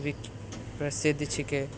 प्रसिद्ध छिकै